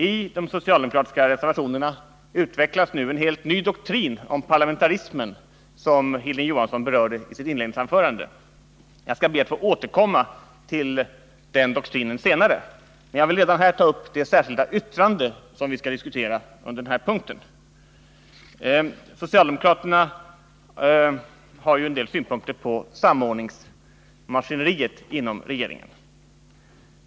I de socialdemokratiska reservationerna utvecklas nu en helt ny doktrin om parlamentarismen, som Hilding Johansson berörde i sitt inledningsanförande. Jag skall be att få återkomma till den doktrinen senare, men jag vill redan nu ta upp det särskilda yttrande som vi skall diskutera under den här punkten. Socialdemokraterna har ju en del synpunkter på samordningsmaskineriet inom regeringen.